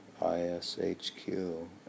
I-S-H-Q